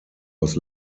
was